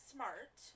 Smart